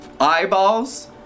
eyeballs